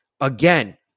again